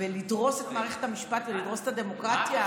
בדריסה של מערכת המשפט ודריסה של הדמוקרטיה?